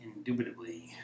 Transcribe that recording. Indubitably